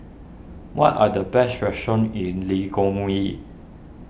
what are the best restaurants in Lilongwe